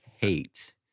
hate